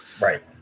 Right